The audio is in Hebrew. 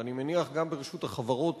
ואני מניח שגם ברשות החברות